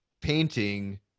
painting